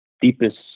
deepest